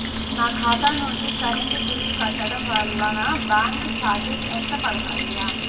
నా ఖాతా నుండి కరెంట్ బిల్ కట్టడం వలన బ్యాంకు చార్జెస్ ఎంత పడతాయా?